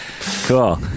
cool